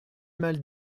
mal